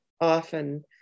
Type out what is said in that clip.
often